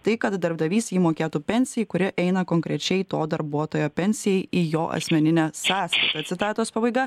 tai kad darbdavys jį mokėtų pensijai kuri eina konkrečiai to darbuotojo pensijai į jo asmeninę sąskaitą citatos pabaiga